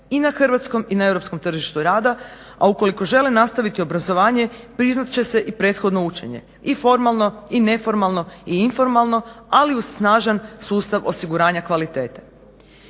i na hrvatskom i na europskom tržištu rada, a ukoliko žele nastaviti obrazovanje priznat će se i prethodno učenje i formalno i neformalno i informalno, ali uz snažan sustav osiguranja kvalitete.